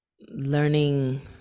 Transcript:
learning